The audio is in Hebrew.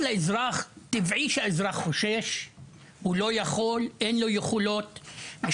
לאזרח אין את היכולת לעמוד מול זה ויש פחד שהוא מובן וטבעי.